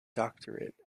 doctorate